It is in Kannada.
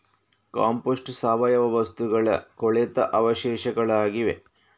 ಕಾಂಪೋಸ್ಟ್ ಸಾವಯವ ವಸ್ತುಗಳ ಕೊಳೆತ ಅವಶೇಷಗಳಾಗಿವೆ